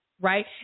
right